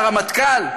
לרמטכ"ל,